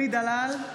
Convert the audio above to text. אלי דלל,